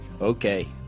Okay